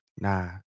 Nah